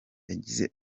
yagize